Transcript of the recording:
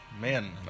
man